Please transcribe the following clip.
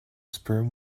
sperm